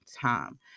time